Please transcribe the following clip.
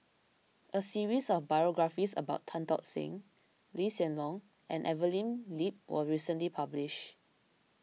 a series of biographies about Tan Tock San Lee Hsien Loong and Evelyn Lip was recently published